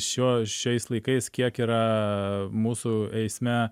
šiuo šiais laikais kiek yra mūsų eisme